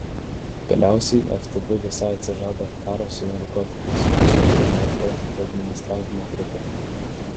galiausiai ftb visai atsižada karo su narkotikais ir sukuria narkotikų administravimo grupę